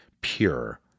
pure